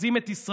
מבזים את ישראל.